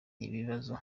akabazo